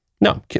No